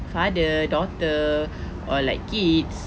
father daughter or like kids